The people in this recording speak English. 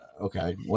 okay